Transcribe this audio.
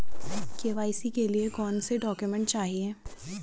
KYC के लिए कौनसे डॉक्यूमेंट चाहिये?